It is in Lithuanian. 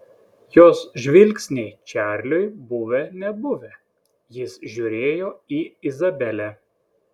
jos žvilgsniai čarliui buvę nebuvę jis žiūrėjo į izabelę